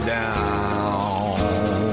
down